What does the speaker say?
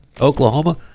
Oklahoma